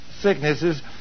sicknesses